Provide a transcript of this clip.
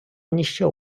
ніщо